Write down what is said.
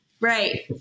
Right